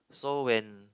so when